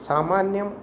सामान्यम्